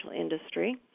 industry